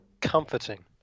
comforting